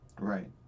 Right